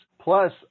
plus